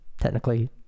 technically